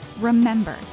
Remember